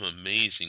amazing